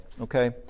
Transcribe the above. Okay